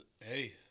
hey